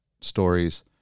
stories